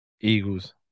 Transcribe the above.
Eagles